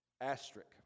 asterisk